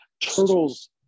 turtles